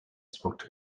spoke